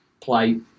play